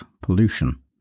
pollution